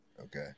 Okay